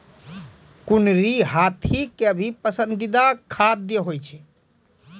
कुनरी हाथी के भी पसंदीदा खाद्य होय छै